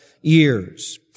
years